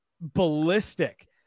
ballistic